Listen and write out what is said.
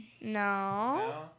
No